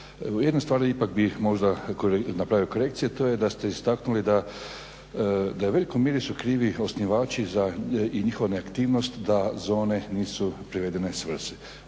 Jednu stvar ipak bi možda napravio korekcije. To je da ste istaknuli da u velikoj mjeri su krivi osnivači i njihova neaktivnost da zone nisu privedene svrsi.